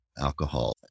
alcohol